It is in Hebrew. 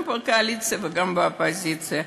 גם מהקואליציה וגם מהאופוזיציה,